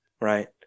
right